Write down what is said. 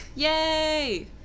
Yay